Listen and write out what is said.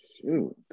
shoot